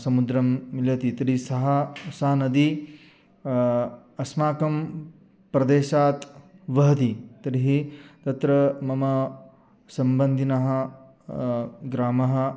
समुद्रं मिलति तर्हि सा सा नदी अस्माकं प्रदेशात् वहति तर्हि तत्र मम सम्बन्धिनः ग्रामम्